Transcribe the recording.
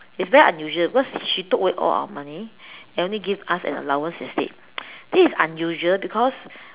it's very unusual because she took away all our money and only give us an allowance instead this is unusual because